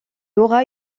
aura